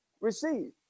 Receive